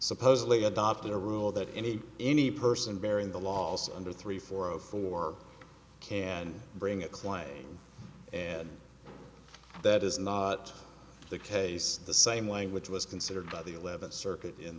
supposedly adopted a rule that any any person bearing the law also under three four or four can bring a claim and that is not the case the same language was considered by the eleventh circuit in